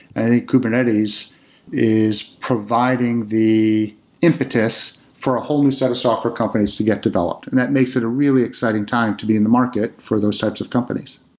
kubernetes is providing the impetus for a whole new set of software companies to get developed, and that makes it a really exciting time to be in the market for those types of companies.